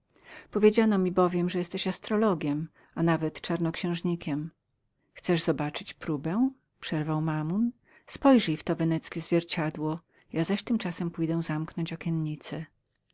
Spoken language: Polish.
powiedziano mi bowiem że jesteś astrologiem a nawet czarnoksiężnikiem chcesz zobaczyć próbę przerwał mammon spojrzyj w to weneckie zwierciadło ja tymczasem pójdę zamknąć